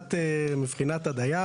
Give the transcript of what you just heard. מבחינת הדייר,